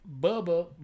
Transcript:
bubba